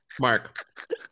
Mark